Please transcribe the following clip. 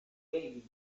game